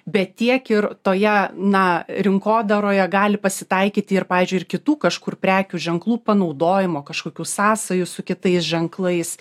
bet tiek ir toje na rinkodaroje gali pasitaikyti ir pavyzdžiui ir kitų kažkur prekių ženklų panaudojimo kažkokių sąsajų su kitais ženklais